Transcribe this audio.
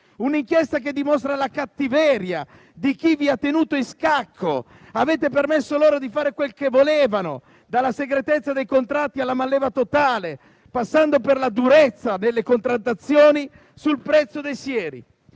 Un'inchiesta che dimostra la cattiveria di chi vi ha tenuto in scacco: avete permesso loro di fare quel che volevano, dalla segretezza dei contratti alla manleva totale, passando per la durezza delle contrattazioni sul prezzo dei sieri.